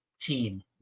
team